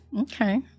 Okay